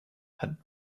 had